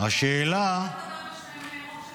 ואני גם לא יודעת מה זה רוב המדינה.